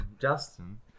Justin